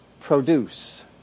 produce